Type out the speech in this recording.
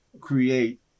create